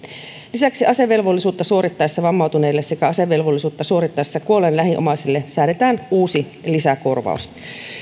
lisäksi asevelvollisuutta suorittaessa vammautuneille sekä asevelvollisuutta suorittaessa kuolleen lähiomaiselle säädetään uusi lisäkorvaus